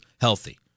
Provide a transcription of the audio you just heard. healthy